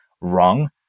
wrong